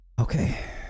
Okay